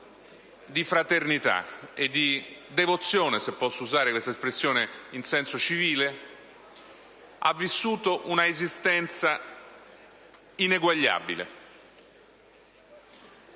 di fraternità e di devozione - se posso usare questa espressione in senso civile - ha vissuto una esistenza ineguagliabile.